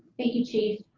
thank you chief.